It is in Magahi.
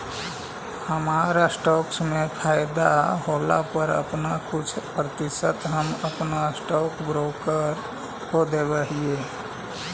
हमर स्टॉक्स में फयदा होला पर अपन कुछ प्रतिशत हम अपन स्टॉक ब्रोकर को देब हीअई